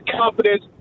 confidence